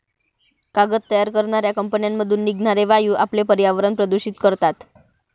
कागद तयार करणाऱ्या कंपन्यांमधून निघणारे वायू आपले पर्यावरण प्रदूषित करतात